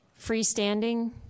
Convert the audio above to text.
Freestanding